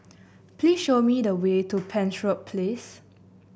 please show me the way to Penshurst Place